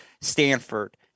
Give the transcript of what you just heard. Stanford